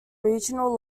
regional